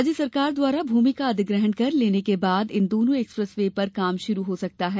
राज्य सरकार द्वारा भूमि का अधिग्रहण कर लेने के बाद इन दोनों एक्सप्रेस वे पर काम शुरू हो सकता है